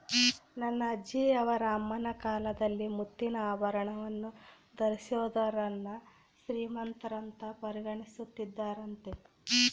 ನನ್ನ ಅಜ್ಜಿಯವರ ಅಮ್ಮನ ಕಾಲದಲ್ಲಿ ಮುತ್ತಿನ ಆಭರಣವನ್ನು ಧರಿಸಿದೋರ್ನ ಶ್ರೀಮಂತರಂತ ಪರಿಗಣಿಸುತ್ತಿದ್ದರಂತೆ